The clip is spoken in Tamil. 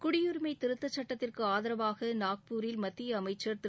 குடியுரிமை திருத்தச் சட்டத்திற்கு ஆதரவாக நாக்பூரில் மத்திய அமைச்சர் திரு